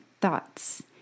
thoughts